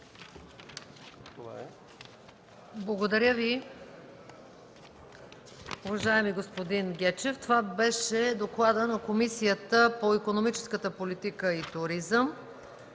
Благодаря Ви, уважаеми господин Гечев. Това беше докладът на Комисията по икономическата политика и туризъм.